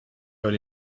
only